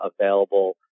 available